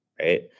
right